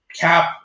Cap